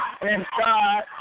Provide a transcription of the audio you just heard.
inside